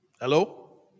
Hello